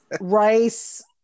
rice